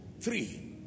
Three